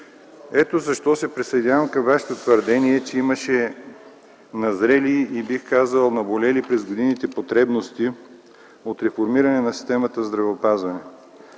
Ето защо се присъединявам към вашето твърдение, че имаше назрели, бих казал, наболели през годините потребности от реформиране на системата за здравеопазване.